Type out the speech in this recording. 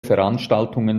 veranstaltungen